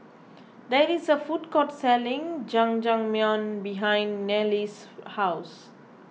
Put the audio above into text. there is a food court selling Jajangmyeon behind Niles' house